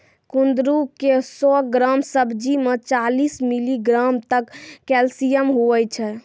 कुंदरू के सौ ग्राम सब्जी मे चालीस मिलीग्राम तक कैल्शियम हुवै छै